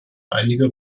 einige